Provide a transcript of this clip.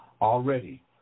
already